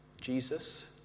Jesus